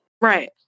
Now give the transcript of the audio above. right